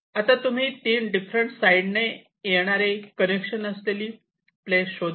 आता तुम्ही 3 डिफरंट साईडने येणारे कनेक्शन असलेली प्लेस शोधा